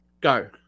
go